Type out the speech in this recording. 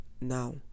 now